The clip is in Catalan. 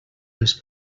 les